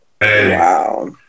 Wow